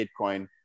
bitcoin